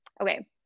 okay